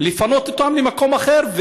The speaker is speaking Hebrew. לפנות אותם למקום אחר,